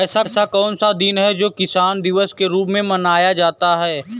ऐसा कौन सा दिन है जो किसान दिवस के रूप में मनाया जाता है?